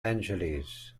angeles